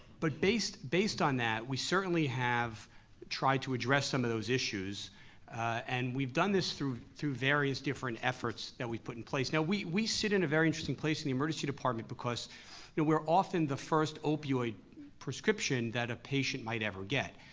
but based based on that, we certainly have tried to address some of those issues and we've done this through through various different efforts that we've put in place. now we we sit in a very interesting place in the emergency department because yeah we're often the first opioid prescription that a patient might ever get.